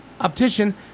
optician